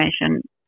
information